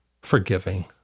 Forgiving